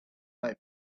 might